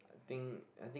I think I think